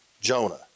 Jonah